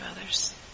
others